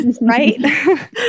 Right